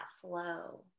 flow